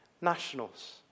nationals